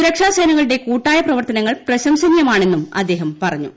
സുരക്ഷാസേനകളുടെ കൂട്ടായ പ്രവർത്തനങ്ങൾ പ്രശംസനീയമാണെന്നും അദ്ദേഹം പറഞ്ഞു